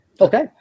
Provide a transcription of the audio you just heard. okay